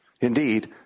indeed